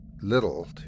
little